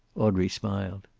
audrey smiled.